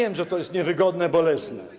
Wiem, że to jest niewygodne, bolesne.